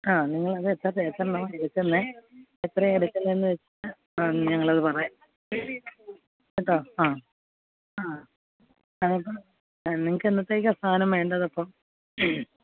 ആ നിങ്ങളത് എത്രയാ എത്രയെണ്ണമാണ് എടുക്കുന്നേ എത്രയാ എടുക്കുന്നേന്ന് വെച്ചാല് ഞങ്ങളത് പറയാം കേട്ടോ ആ ആ ആ നിങ്ങള്ക്ക് എന്നത്തേക്കാ സാധനം വേണ്ടതപ്പോള്